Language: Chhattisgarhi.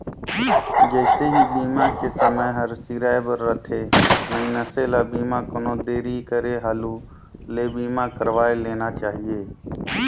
जइसे ही बीमा के समय हर सिराए बर रथे, मइनसे ल बीमा कोनो देरी करे हालू ले बीमा करवाये लेना चाहिए